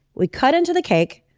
we cut into the cake.